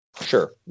Sure